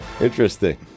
interesting